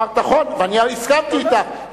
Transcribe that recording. נכון, ואני הסכמתי אתך.